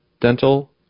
dental